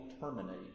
terminate